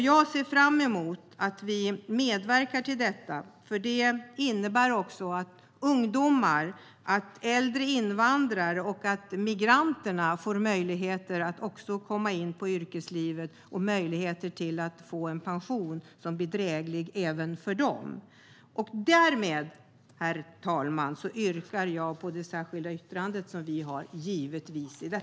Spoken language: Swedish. Jag ser fram emot att medverka till det, för det innebär att ungdomar, äldre invandrare och migranterna får möjlighet att komma in i yrkeslivet och få en dräglig pension. Därmed, herr talman, yrkar jag bifall till det särskilda yttrande som vi har i betänkandet.